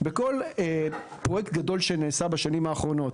בכל פרויקט גדול שנעשה בשנים האחרונות,